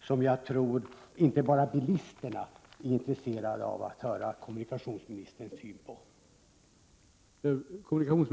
Det är nog inte bara bilisterna som är intresserade av att höra kommunikationsministerns syn på dessa två mycket viktiga frågor.